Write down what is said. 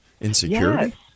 insecurity